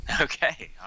Okay